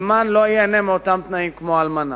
אלמן לא ייהנה מאותם תנאים כמו אלמנה.